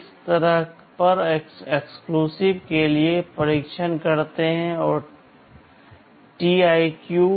इसी तरह आप एक्सक्लूसिव के लिए परीक्षण करते हैं टीईक्यू